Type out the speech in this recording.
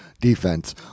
defense